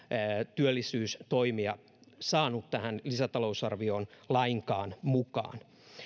työllisyystoimia saanut tähän lisätalousarvioon lainkaan mukaan